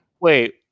Wait